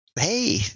Hey